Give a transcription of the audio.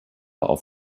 auf